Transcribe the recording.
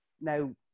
now